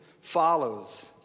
follows